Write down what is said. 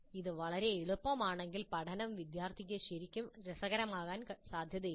ഇത് വളരെ എളുപ്പമാണെങ്കിൽ പഠനം വിദ്യാർത്ഥികൾക്ക് ശരിക്കും രസകരമാകാൻ സാധ്യതയില്ല